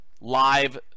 live